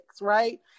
right